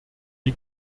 die